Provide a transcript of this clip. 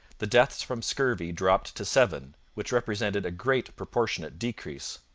the deaths from scurvy dropped to seven, which represented a great proportionate decrease.